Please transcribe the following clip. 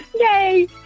Yay